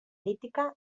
lítica